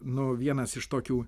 nu vienas iš tokių